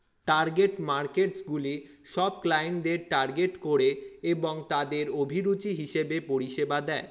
target মার্কেটসগুলি সব ক্লায়েন্টদের টার্গেট করে এবং তাদের অভিরুচি হিসেবে পরিষেবা দেয়